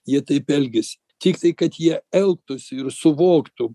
jie taip elgiasi tiktai kad jie elgtųsi ir suvoktų